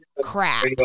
crap